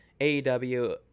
AEW